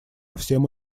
всем